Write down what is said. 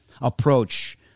approach